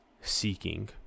seeking